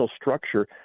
structure